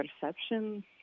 perception